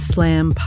Slam